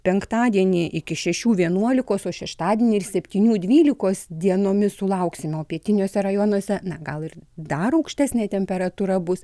penktadienį iki šešių vienuolikos o šeštadienį ir septynių dvylikos dienomis sulauksime o pietiniuose rajonuose na gal ir dar aukštesnė temperatūra bus